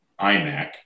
iMac